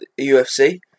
UFC